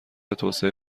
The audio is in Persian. توسعه